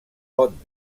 pot